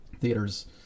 theaters